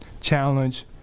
challenge